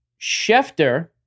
Schefter